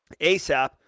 ASAP